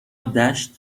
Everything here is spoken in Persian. دشت